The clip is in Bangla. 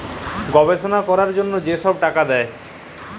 গবেষলা ক্যরার জ্যনহে যে ছব টাকা দেয়